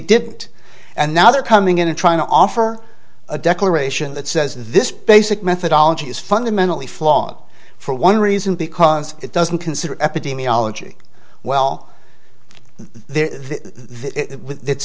it and now they're coming in and trying to offer a declaration that says this basic methodology is fundamentally flawed for one reason because it doesn't consider epidemiology well